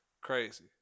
Crazy